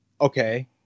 Okay